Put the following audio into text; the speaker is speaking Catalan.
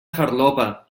farlopa